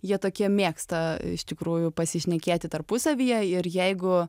jie tokie mėgsta iš tikrųjų pasišnekėti tarpusavyje ir jeigu